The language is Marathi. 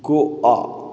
गोवा